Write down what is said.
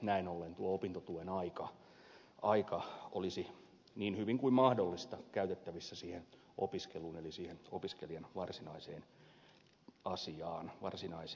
näin ollen tuo opintotuen aika olisi niin hyvin kuin mahdollista käytettävissä opiskeluun eli siihen opiskelijan varsinaiseen asiaan varsinaiseen tehtävään